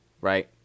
Right